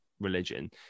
religion